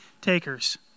takers